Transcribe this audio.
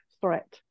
threat